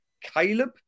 Caleb